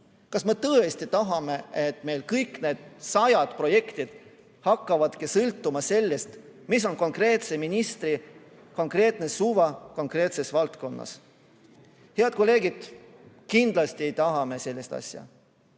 Kas me tõesti tahame, et meil kõik need sajad projektid hakkavadki sõltuma sellest, mis on konkreetse ministri konkreetne suva konkreetses valdkonnas? Head kolleegid, kindlasti ei taha me sellist asja.